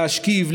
להשכיב,